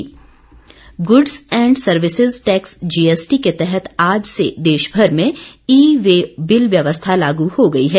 E way bill goods and services tax GST के तहत आज से देशभर में ई वे बिल व्यवस्था लागू हो गई है